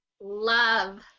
Love